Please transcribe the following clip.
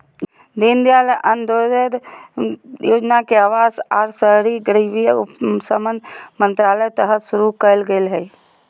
दीनदयाल अंत्योदय योजना के अवास आर शहरी गरीबी उपशमन मंत्रालय तहत शुरू कइल गेलय हल